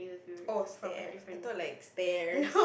oh stairs I thought like stares